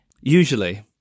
Usually